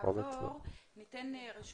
ניתן לרשות